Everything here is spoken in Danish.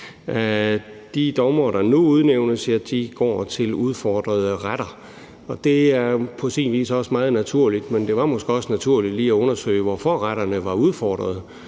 De dommere, der nu udnævnes, går til udfordrede retter, og det er på sin vis også meget naturligt, men det var måske også naturligt lige at undersøge, hvorfor retterne var udfordret.